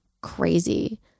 crazy